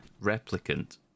replicant